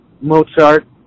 Mozart